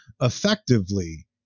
effectively